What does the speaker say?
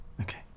Okay